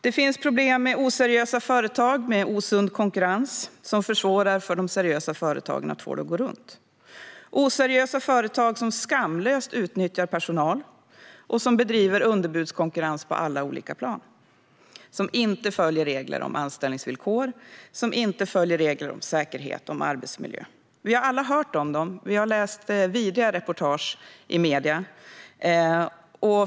Det finns problem med oseriösa företag och osund konkurrens, vilket försvårar för de seriösa företagen att få det att gå runt. Det finns oseriösa företagare som skamlöst utnyttjar personal och bedriver underbudskonkurrens på alla plan. De följer inte regler om anställningsvillkor eller regler om säkerhet och arbetsmiljö. Vi har alla hört om dem och läst vidriga reportage i medierna.